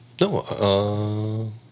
No